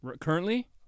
Currently